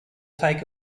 take